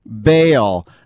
bail